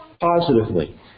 positively